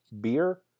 beer